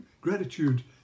gratitude